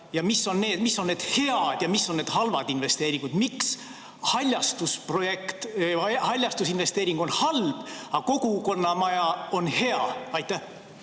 Mis on head ja mis on halvad investeeringud? Miks haljastusinvesteering on halb, aga kogukonnamaja on hea? Aitäh